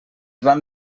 van